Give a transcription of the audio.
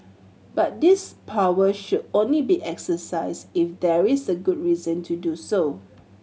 but this power should only be exercised if there is a good reason to do so